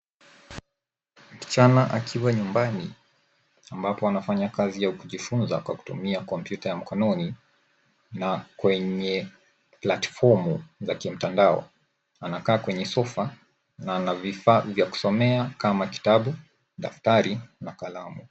Msichana akiwa nyumbani ambapo anafanya kazi ya kujifunza kwa kutumia kompyuta ya mkononi na kwenye [cs ] platfomu[cs ] za kimtandao. Anakaa kwenye [cs ] sofa [cs ] na ana vifaa vya kusomea kama vitabu, daftari na kalamu.